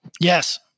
Yes